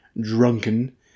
drunken